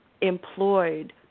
employed